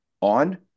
on